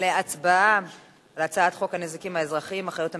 להצבעה על הצעת חוק הנזיקים האזרחיים (אחריות המדינה)